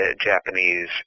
Japanese